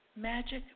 Magic